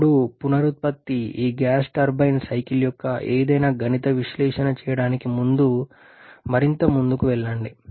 ఇప్పుడు పునరుత్పత్తితో ఈ గ్యాస్ టర్బైన్ సైకిల్ యొక్క ఏదైనా గణిత విశ్లేషణ చేయడానికి ముందు మరింత ముందుకు వెళ్లండి